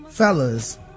fellas